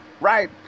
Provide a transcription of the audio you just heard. right